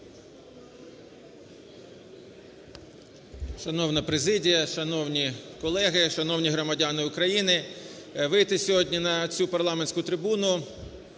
Шановна президія, шановні колеги, шановні громадяни України! Вийти сьогодні на цю парламентську трибуну